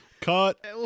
cut